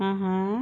mmhmm